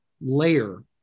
layer